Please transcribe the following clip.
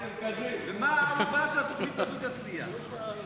ומה הערובה שהתוכנית הזאת תצליח?